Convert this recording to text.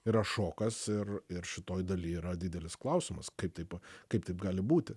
yra šokas ir ir šitoj daly yra didelis klausimas kaip taip kaip taip gali būti